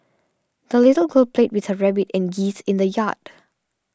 the little girl played with her rabbit and geese in the yard